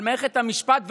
על מערכת המשפט,